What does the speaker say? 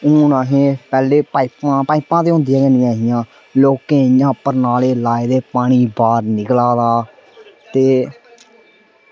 हून असें पैह्लें पाइपां ते होंदियां ऐ हियां निं हियां लोकें इ'यां परनाले लाए दे पानी इ'यां बाह्र निकला दा ते